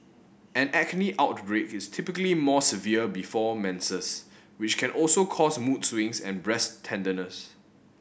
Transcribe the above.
an acne outbreak is typically more severe before menses which can also cause mood swings and breast tenderness